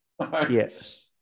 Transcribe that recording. yes